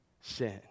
sin